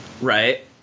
right